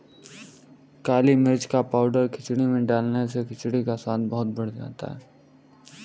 काली मिर्च का पाउडर खिचड़ी में डालने से खिचड़ी का स्वाद बहुत बढ़ जाता है